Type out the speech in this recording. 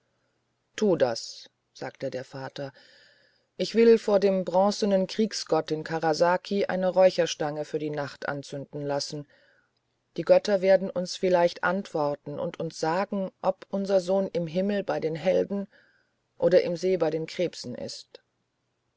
tu das sagte der vater ich will vor dem bronzenen kriegsgott in karasaki eine räucherstange für die nacht anzünden lassen die götter werden uns vielleicht antworten und uns sagen ob unser sohn im himmel bei den helden oder im see bei den krebsen ist